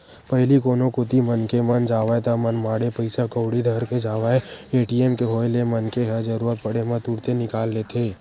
पहिली कोनो कोती मनखे मन जावय ता मनमाड़े पइसा कउड़ी धर के जावय ए.टी.एम के होय ले मनखे ह जरुरत पड़े म तुरते निकाल लेथे